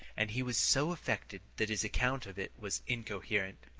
and he was so affected that his account of it was incoherent.